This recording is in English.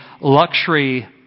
luxury